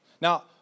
Now